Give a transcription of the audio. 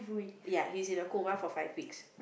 ya he's in a coma for five weeks